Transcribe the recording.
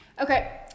okay